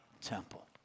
temple